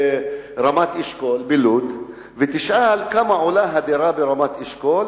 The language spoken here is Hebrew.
לרמת-אשכול בלוד ותשאל כמה עולה דירה ברמת-אשכול,